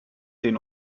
den